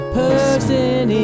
person